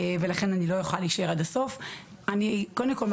קודם כל,